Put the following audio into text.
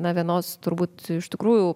na vienos turbūt iš tikrųjų